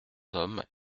hommes